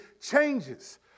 changes